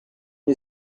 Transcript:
you